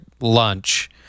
lunch